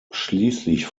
schließlich